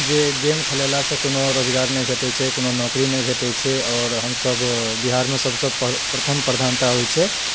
जे गेम खेलेलासँ कोनो रोजगार नहि भेटैत छै कोनो नौकरी नहि भेटैत छै आओर हमसभ बिहारमे सभसँ पहिल प्रथम प्रधानता होइत छै